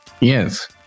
Yes